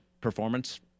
performance